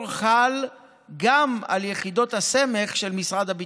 חל גם על יחידות הסמך של משרד הביטחון.